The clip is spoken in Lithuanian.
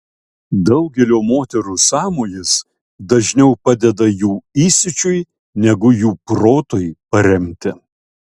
daugelio moterų sąmojis dažniau padeda jų įsiūčiui negu jų protui paremti